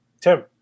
Tim